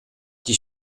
die